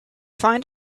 find